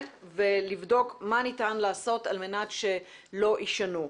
ולבדוק מה ניתן לעשות על מנת שלא יישנו.